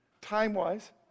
time-wise